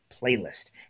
playlist